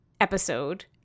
episode